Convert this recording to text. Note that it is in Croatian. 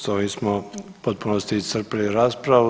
S ovim smo u potpunosti iscrpili raspravu.